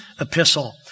epistle